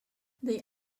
they